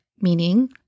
meaning